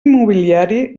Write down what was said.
immobiliari